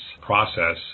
process